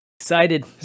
Excited